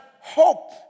hope